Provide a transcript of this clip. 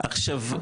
עכשיו,